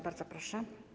Bardzo proszę.